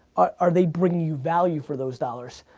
are they bringing you value for those dollars?